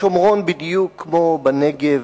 בשומרון בדיוק כמו בנגב,